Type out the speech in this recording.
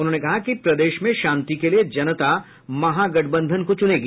उन्होंने कहा कि प्रदेश में शांति के लिये जनता महागठबंधन को चुनेगी